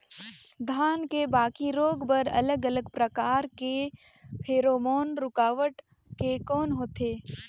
धान के बाकी रोग बर अलग अलग प्रकार के फेरोमोन रूकावट के कौन होथे?